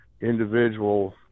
individual